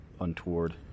untoward